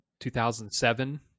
2007